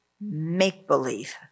make-believe